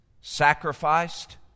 sacrificed